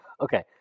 Okay